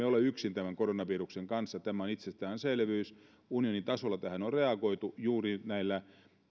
ole yksin tämän koronaviruksen kanssa se on itsestäänselvyys unionin tasolla tähän on reagoitu juuri näillä